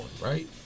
right